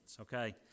okay